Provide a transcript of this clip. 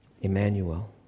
Emmanuel